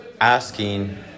asking